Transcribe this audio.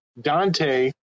Dante